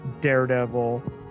daredevil